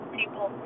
people